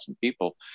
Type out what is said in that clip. people